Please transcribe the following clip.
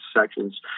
sections